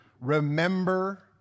Remember